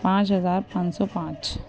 پانچ ہزار پانچ سو پانچ